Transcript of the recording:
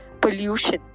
pollution